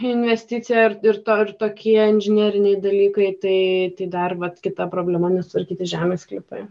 investicija ir tirta ar tokie inžineriniai dalykai tai tą darbą kita problema nesutvarkyti žemės sklypai